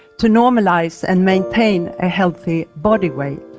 to normalise and maintain a healthy body weight.